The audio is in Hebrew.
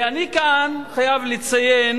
ואני כאן חייב לציין,